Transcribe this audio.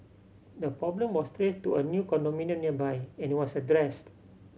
the problem was traced to a new condominium nearby and it was addressed